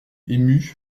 émus